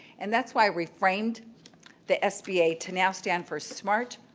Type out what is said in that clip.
and that's why we framed the sba to now stand for smart,